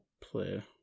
play